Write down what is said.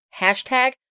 Hashtag